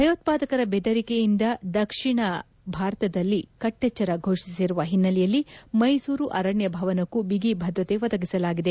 ಭಯೋತ್ವಾದಕರ ಬೆದರಿಕೆಯಿಂದ ದಕ್ಷಿಣ ಭಾರತದಲ್ಲಿ ಕಟ್ಟೆಚ್ಚರ ಘೋಷಿಸಿರುವ ಹಿನ್ನೆಲೆಯಲ್ಲಿ ಮೈಸೂರು ಅರಣ್ಯ ಭವನಕ್ಕೂ ಬಿಗಿ ಭದ್ರತೆ ಒದಗಿಸಲಾಗಿದೆ